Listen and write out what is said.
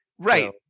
Right